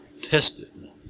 tested